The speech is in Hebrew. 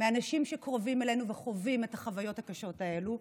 מאנשים שקרובים אלינו וחווים את החוויות הקשות האלו,